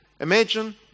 Imagine